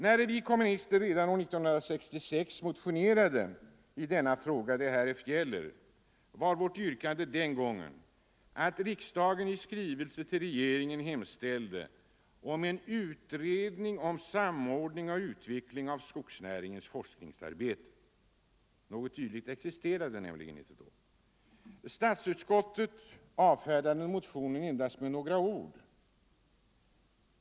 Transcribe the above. När vi kommunister redan år 1966 motionerade i den fråga det här gäller var vårt yrkande att riksdagen i skrivelse till regeringen skulle hemställa om en utredning om samordning och utveckling av skogsnäringens forskningsarbete. Något dylikt existerade nämligen inte då. Statsutskottet avfärdade motionen med endast några ord.